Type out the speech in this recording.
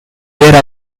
era